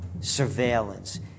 surveillance